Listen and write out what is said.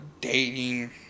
dating